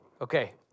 Okay